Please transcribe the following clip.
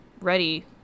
ready